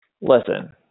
Listen